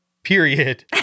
period